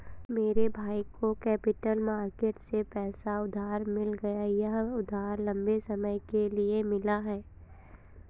मेरे भाई को कैपिटल मार्केट से पैसा उधार मिल गया यह उधार लम्बे समय के लिए मिला है